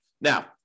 Now